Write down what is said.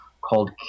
called